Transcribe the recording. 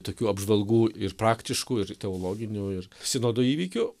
tokių apžvalgų ir praktiškų ir teologinių ir sinodo įvykių